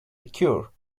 occur